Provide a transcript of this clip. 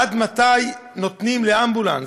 עד מתי נותנים לאמבולנס,